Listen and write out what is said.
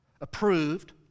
Approved